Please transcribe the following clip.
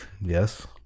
Yes